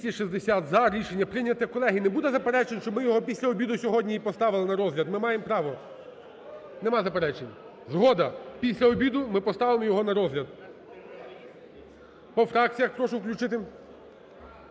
За-260 Рішення прийнято. Колеги, не буде заперечень, щоб ми його після обіду сьогодні і поставили на розгляд, ми маємо право? Нема заперечень, згода, після обіду ми поставимо його на розгляд. По фракціях прошу включити.